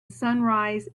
sunrise